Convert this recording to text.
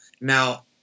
Now